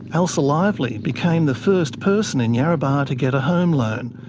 ailsa lively became the first person in yarrabah to get a home loan.